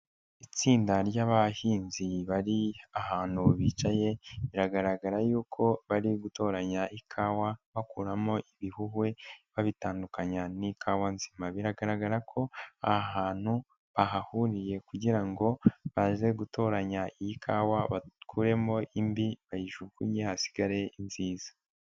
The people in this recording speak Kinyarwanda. Itsinda ry'abahinzi bari ahantu bicaye, biragaragara yuko bari gutoranya ikawa bakuramo ibihuhwe, babitandukanya n'ikawa nzima, biragaragara ko aha hantu bahahuniye kugira ngo baze gutoranya ikawa bakuremo imbi bayijugunye hasigare inziza.